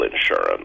insurance